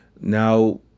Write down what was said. Now